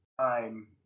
time